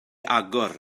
agor